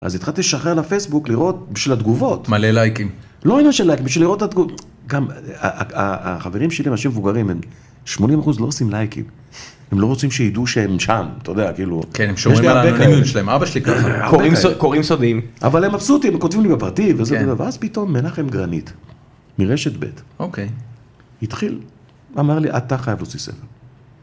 אז התחלתי לשחרר לפייסבוק לראות, בשביל התגובות. מלא לייקים. לא עניין של לייקים, בשביל לראות את התגובות. גם החברים שלי, הם אנשים מבוגרים, הם 80% לא עושים לייקים. הם לא רוצים שידעו שהם שם, אתה יודע, כאילו. כן, הם שומרים על האנונימיות שלהם, אבא שלי ככה, קוראים סודיים. אבל הם מבסוטים, הם כותבים לי בפרטי, ואז פתאום מנחם גרנית. מרשת ב'. אוקיי. התחיל, אמר לי, אתה חייב להוציא ספר.